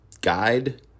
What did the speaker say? guide